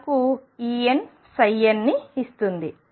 ని ఇస్తుంది